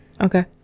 Okay